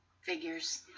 Figures